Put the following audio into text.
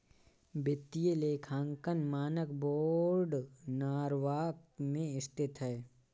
वित्तीय लेखांकन मानक बोर्ड नॉरवॉक में स्थित है